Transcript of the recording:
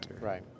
Right